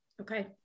Okay